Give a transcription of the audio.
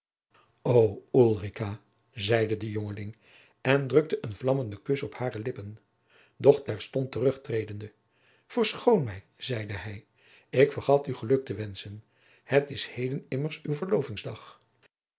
zeide de jongeling en drukte een vlammende kus op hare lippen doch terstond tejacob van lennep de pleegzoon rugtredende verschoon mij zeide hij ik vergat u geluk te wenschen het is heden immers uw verlovingsdag